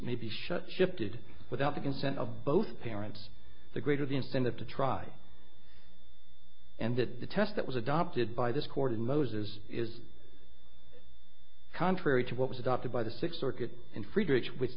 may be shut shifted without the consent of both parents the greater the incentive to try and get the test that was adopted by this court of moses is contrary to what was adopted by the sixth circuit in